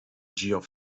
geoff